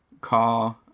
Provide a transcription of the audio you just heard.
car